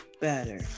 better